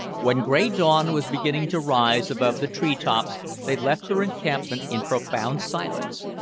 when grey dawn was beginning to rise above the tree-tops, they left their encampment in profound silence,